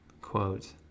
quote